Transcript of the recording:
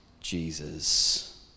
Jesus